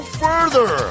further